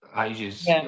ages